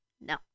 No